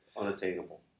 unattainable